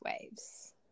waves